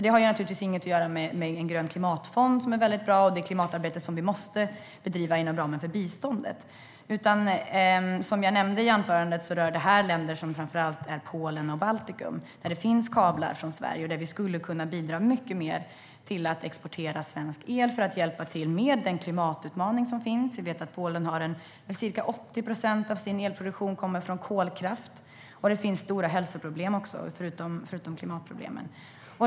Det har ingenting att göra med en grön klimatfond, som är bra, och det klimatarbete som vi måste bedriva inom ramen för biståndet. Som jag nämnde i anförandet rör det här framför allt Polen och de baltiska länderna. Det finns kablar dit från Sverige, och vi skulle kunna bidra mycket mer genom att exportera svensk el och hjälpa till med den klimatutmaning som finns. Ca 80 procent av Polens elproduktion kommer från kolkraft, och förutom klimatproblemen finns det också stora hälsoproblem.